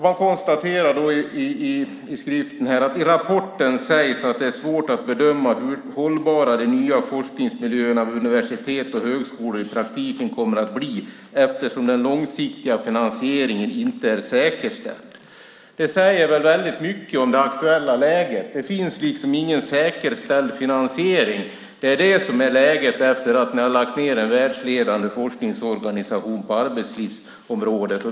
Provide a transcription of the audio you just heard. Man konstaterar att det i rapporten sägs att det är svårt att bedöma hur hållbara de nya forskningsmiljöerna vid universitet och högskolor i praktiken kommer att bli eftersom den långsiktiga finansieringen inte är säkerställd. Det säger väldigt mycket om det aktuella läget. Det finns ingen säkerställd finansiering. Det är läget efter det att ni har lagt ned en världsledande forskningsorganisation på arbetslivsområdet.